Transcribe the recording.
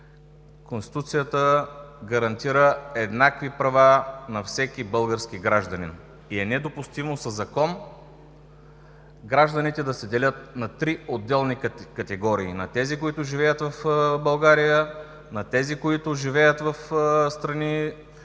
Конституцията гарантира еднакви права на всеки български гражданин и е недопустимо със закон гражданите да се делят на три отделни категории – на тези, които живеят в България, на тези, които живеят в страни